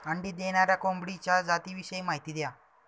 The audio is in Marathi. अंडी देणाऱ्या कोंबडीच्या जातिविषयी माहिती द्या